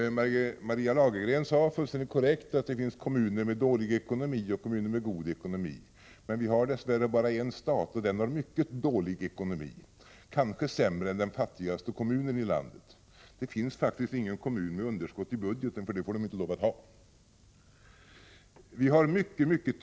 Maria Lagergren sade, fullständigt korrekt, att det finns kommuner med dålig ekonomi och kommuner med god ekonomi. Vi har dess värre bara en stat, och den har mycket dålig ekonomi — kanske sämre än den fattigaste kommunen i landet. Det finns faktiskt ingen kommun som har underskott i budgeten, därför att kommunerna inte får lov att ha det.